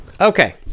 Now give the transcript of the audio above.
Okay